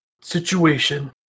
situation